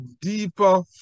deeper